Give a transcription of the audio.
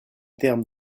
termes